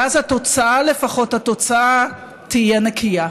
ואז התוצאה, לפחות, התוצאה תהיה נקייה.